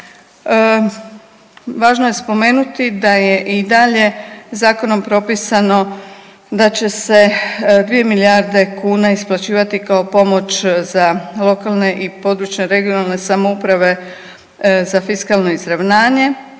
važno je spomenuti da je i dalje zakonom propisano da će se 2 milijarde kuna isplaćivati kao pomoć za lokalne i područne (regionalne) samouprave za fiskalno izravnanje,